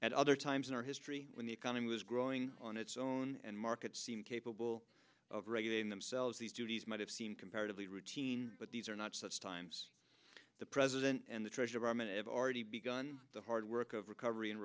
at other times in our history when the economy was growing on its own and markets seem capable of regulating themselves these duties might have seemed comparatively routine but these are not such times the president and the treasury are going to have already begun the hard work of recovery and